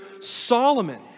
Solomon